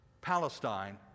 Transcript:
Palestine